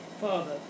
Father